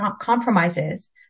compromises